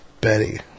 Betty